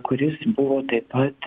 kuris buvo taip pat